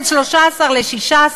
בין 13 ל-16,